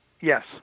Yes